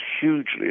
hugely